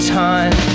time